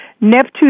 Neptune